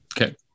Okay